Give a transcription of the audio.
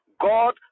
God